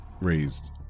raised